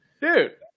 Dude